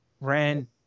Ran